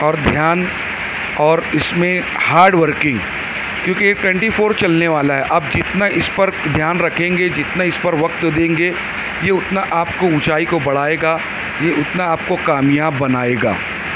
اور دھیان اور اس میں ہارڈ ورکنگ کیونکہ ٹوئنٹی فور چلنے والا ہے اب جتنا اس پر دھیان رکھیں گے جتنا اس پر وقت دیں گے یہ اتنا آپ کو اونچائی کو بڑھائے گا یہ اتنا آپ کو کامیاب بنائے گا